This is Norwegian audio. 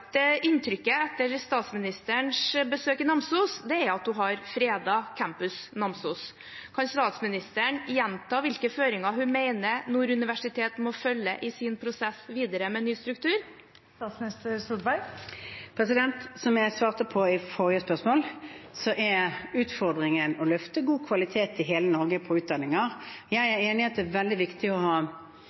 inntrykket etter statsministerens besøk i Namsos at hun har fredet campus Namsos. Kan statsministeren gjenta hvilke føringer hun mener Nord universitet må følge i sin prosess videre med ny struktur? Som jeg svarte på i forrige spørsmål, er utfordringen å løfte god kvalitet på utdanninger i hele Norge. Jeg er enig i at det er veldig viktig å ha